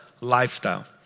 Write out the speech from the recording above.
lifestyle